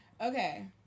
Okay